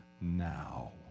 now